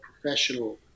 professional